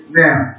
now